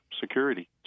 security